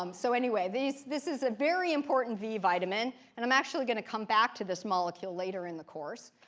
um so anyway, this this is a very important b vitamin, and i'm actually going to come back to this molecule later in the course.